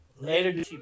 Later